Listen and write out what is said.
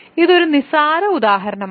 ഇത് ഒരു നിസ്സാര ഉദാഹരണമാണ്